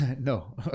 No